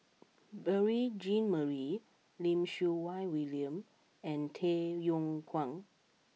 Beurel Jean Marie Lim Siew Wai William and Tay Yong Kwang